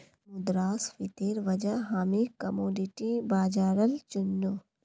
मुद्रास्फीतिर वजह हामी कमोडिटी बाजारल चुन नु